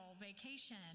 vacation